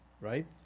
right